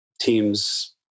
teams